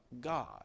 God